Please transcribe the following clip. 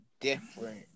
different